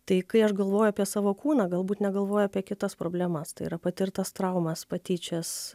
tai kai aš galvoju apie savo kūną galbūt negalvoju apie kitas problemas tai yra patirtas traumas patyčias